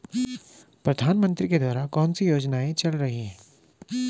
प्रधानमंत्री के द्वारा कौनसी योजनाएँ चल रही हैं?